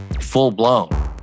full-blown